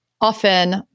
often